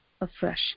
Afresh